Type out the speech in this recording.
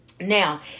Now